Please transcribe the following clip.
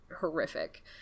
horrific